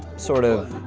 sort of,